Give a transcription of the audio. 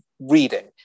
reading